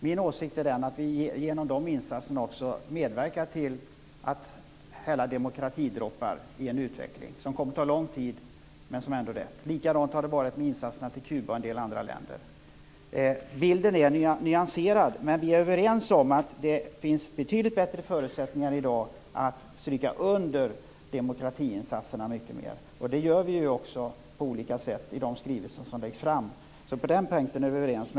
Min åsikt är den att vi genom sådana insatser också medverkar till att hälla demokratidroppar i en utveckling som kommer att ta lång tid men som ändå är rätt. Likadant har det varit med insatserna till Kuba och en del andra länder. Bilden är nyanserad, men vi är överens om att det i dag finns betydligt bättre förutsättningar att stryka under demokratiinsatserna mycket mer. Det gör vi också på olika sätt i de skrivelser som läggs fram. På den punkten är vi överens.